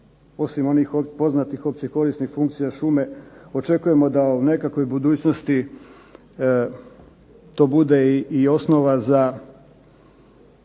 osim onih korisnih funkcija šume očekujemo da u nekakvoj budućnosti to bude i osnova za